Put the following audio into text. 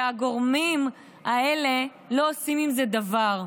והגורמים האלה לא עושים עם זה דבר.